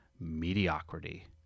mediocrity